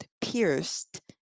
pierced